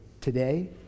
today